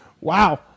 Wow